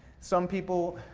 some people,